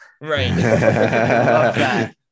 right